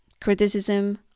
criticism